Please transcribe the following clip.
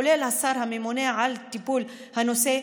כולל השר הממונה על הטיפול בנושא,